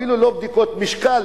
אפילו לא בדיקות משקל,